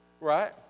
right